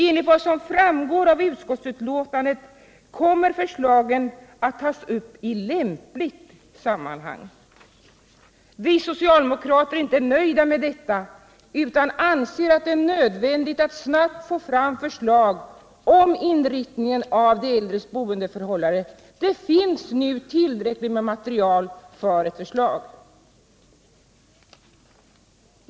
Enligt vad som framgår av utskottsbetänkandet kommer förslagen att tas upp i lämpligt sammanhang. Vi socialdemokrater är inte nöjda med detta utan anser att det är nödvändigt att snabbt få fram förslag om inriktningen av de äldres boendeförhållanden. Det finns nu tillräckligt med material för ett förslag.